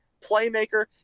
playmaker